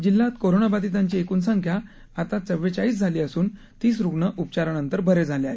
जिल्ह्यात कोरोनाबाधीतांची एकूण संख्या आता चव्वेचाळीस झाली असून तीस रुग्ण उपचारानंतर बरे झाले आहेत